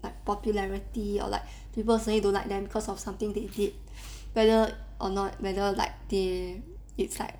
like popularity or like people saying don't like them because of something they did whether whether or not whether like they it's like